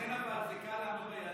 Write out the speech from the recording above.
לכן זה קל לעמוד ביעדים.